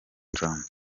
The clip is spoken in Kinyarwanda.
trump